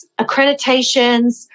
accreditations